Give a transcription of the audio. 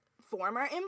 former